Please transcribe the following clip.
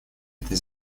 этой